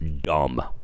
dumb